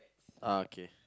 okay